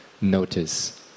notice